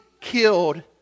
killed